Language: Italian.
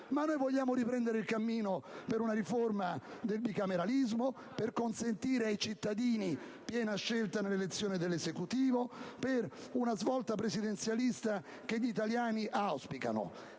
Noi vogliamo riprendere il cammino per una riforma del bicameralismo, per consentire ai cittadini piena scelta nell'elezione dell'Esecutivo e per una svolta presidenzialista che gli italiani auspicano.